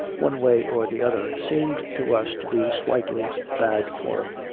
one way or the other, seemed to us to be slightly bad form.